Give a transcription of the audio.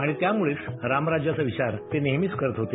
आणि त्यामुळेच रामराज्याचा विचार ते नेहमीच करत होते